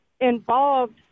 involved